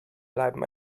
bleiben